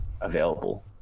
available